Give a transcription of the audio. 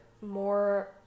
more